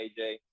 AJ